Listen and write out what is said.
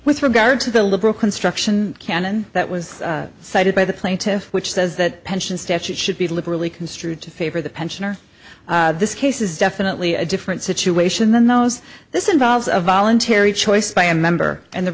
with regard to the liberal construction canon that was cited by the plaintiffs which says that pension statutes should be liberally construed to favor the pensioner this case is definitely a different situation than those this involves a voluntary choice by a member and the